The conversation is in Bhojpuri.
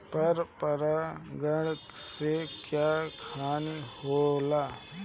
पर परागण से क्या हानि होईला?